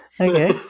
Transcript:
Okay